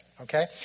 okay